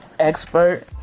expert